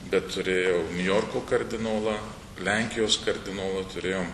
bet turėjau niujorko kardinolą lenkijos kardinolą turėjom